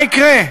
מה יקרה?